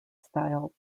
style